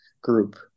group